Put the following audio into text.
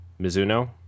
Mizuno